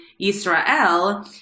Israel